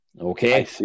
okay